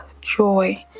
joy